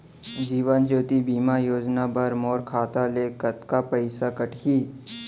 जीवन ज्योति बीमा योजना बर मोर खाता ले कतका पइसा कटही?